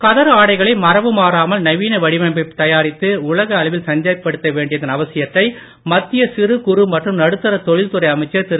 கதர் ஆடைகளை மரபு மாறாமல் நவீன வடிவமைப்பில் தயாரித்து உலக அளவில் சந்தைப்படுத்த வேண்டியதன் அவசியத்தை மத்திய சிறு குறு மற்றும் நடுத்தர தொழில்துறை அமைச்சர் திரு